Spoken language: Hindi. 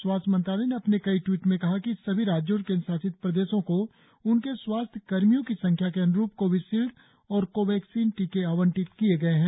स्वास्थ्य मंत्रालय ने अपने कई ट्वीट में कहा है कि सभी राज्यों और केंद्रशासित प्रदेशों को उनके स्वास्थ्य कर्मियों की संख्या के अन्रुप कोविशील्ड और कोवैक्सीन टीके आवंटित किए गए है